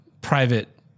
private